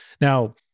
Now